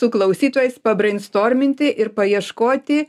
su klausytojais pabrainstorminti ir paieškoti